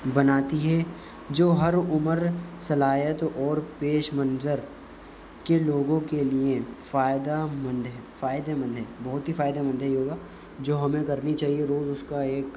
بناتی ہے جو ہر عمر صلاحیت اور پیش منظر کے لوگوں کے لیے فائدہ مند ہے فائدےمند ہے بہت ہی فائدےمند ہے یوگا جو ہمیں کرنی چاہیے روز اس کا ایک